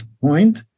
point